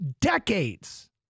decades